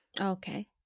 Okay